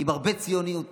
עם הרבה ציונות,